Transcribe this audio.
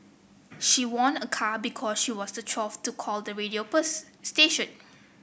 she won a car because she was the twelfth to call the radio station